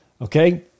Okay